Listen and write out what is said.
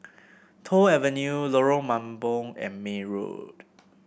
Toh Avenue Lorong Mambong and May Road